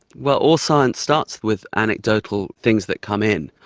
well, all science starts with anecdotal things that come in.